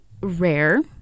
rare